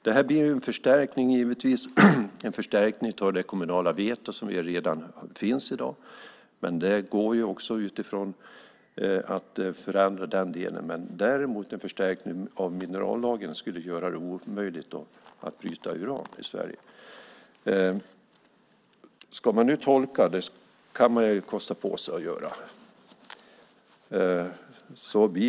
Det här blir givetvis en förstärkning av det kommunala veto som redan finns i dag, men det går ju också att förändra den delen. En förstärkning av minerallagen skulle däremot göra det omöjligt att bryta uran i Sverige. Man kan ju kosta på sig att tolka det här.